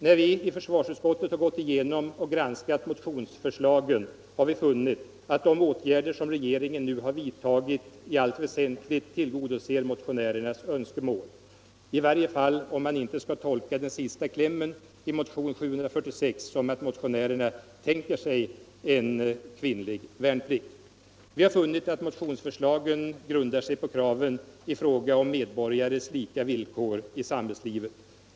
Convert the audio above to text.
När vi i försvarsutskottet har gått igenom och granskat motionsförslagen, har vi funnit att de åtgärder som regeringen nu har beslutat i allt väsentligt tillgodoser motionärernas önskemål, i varje fall om man inte skall tolka den sista klämmen i motionen 746 så att motionärerna tänker sig kvinnlig värnplikt i full utsträckning. Vi har funnit att motionsförslagen grundar sig på kraven i fråga om medborgares lika villkor i samhällslivet.